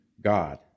God